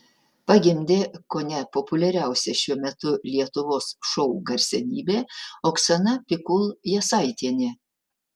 pagimdė kone populiariausia šiuo metu lietuvos šou garsenybė oksana pikul jasaitienė